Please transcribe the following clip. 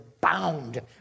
bound